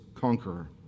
conqueror